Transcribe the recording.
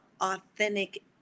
authentic